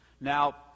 Now